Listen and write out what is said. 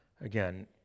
Again